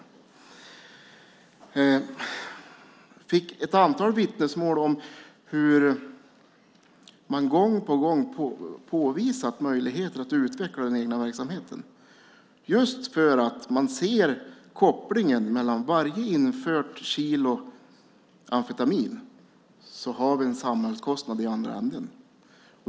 Jag fick ett antal vittnesmål om hur man gång på gång påvisat möjligheter att utveckla den egna verksamheten, just för att man ser kopplingen mellan varje infört kilo amfetamin och en samhällskostnad i andra änden.